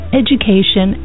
education